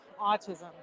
autism